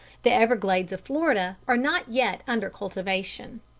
the everglades of florida are not yet under cultivation.